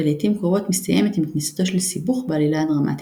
ולעיתים קרובות מסתיימת עם כניסתו של סיבוך בעלילה הדרמטית,